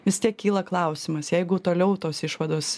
vis tiek kyla klausimas jeigu toliau tos išvados